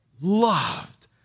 loved